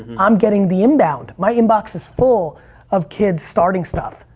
i'm getting the inbound. my inbox is full of kids starting stuff,